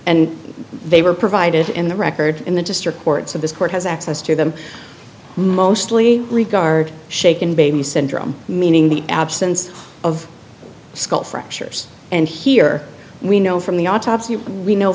and they were provided in the record in the district courts of this court has access to them mostly regard shaken baby syndrome meaning the absence of skull fractures and here we know from the autopsy we know